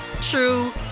true